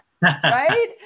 Right